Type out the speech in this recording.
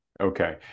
Okay